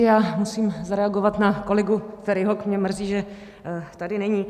Já musím zareagovat na kolegu Feriho, mě mrzí, že tady není.